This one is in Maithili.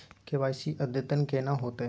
के.वाई.सी अद्यतन केना होतै?